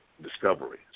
Discovery